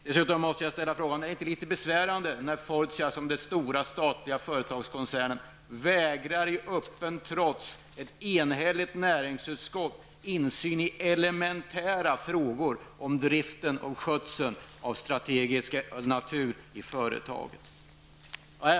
Dessutom måste jag fråga: Är det inte litet besvärande när Fortia, som den stora statliga företagskoncernen, i öppet trots vägrar ett enhälligt näringsutskott insyn i elementära frågor av strategisk natur om driften och skötseln av företaget?